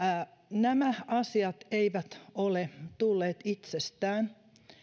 nämä asiat eivät ole tulleet itsestään